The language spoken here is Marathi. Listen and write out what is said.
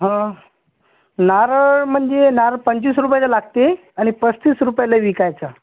हं नारळ म्हणजे नारळ पंचवीस रुपयाला लागत आहे आणि पस्तीस रुपयाला विकायचा